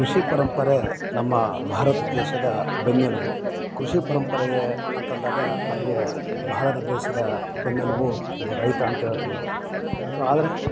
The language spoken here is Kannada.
ಕೃಷಿ ಪರಂಪರೆ ನಮ್ಮ ಭಾರತ ದೇಶದ ಬೆನ್ನೆಲುಬು ಕೃಷಿ ಪರಂಪರೆಯೇ ಅಂತಂದಾಗ ನಮಗೆ ಭಾರತ ದೇಶದ ಬೆನ್ನೆಲುಬು ಒಬ್ಬ ರೈತ ಅಂತೇಳ್ತಿವಿ ನಾವು ಸೊ ಆದರೆ